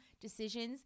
decisions